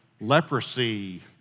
leprosy